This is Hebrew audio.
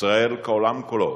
ישראל, כעולם כולו,